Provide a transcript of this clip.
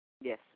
Yes